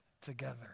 together